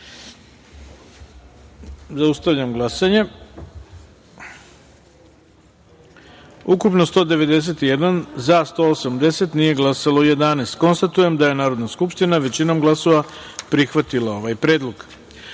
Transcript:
taster. Zaustavljam glasanje: ukupno – 191, za – 180, nije glasalo – 11.Konstatujem da je Narodna skupština većinom glasova prihvatila ovaj predlog. Pošto